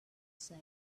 say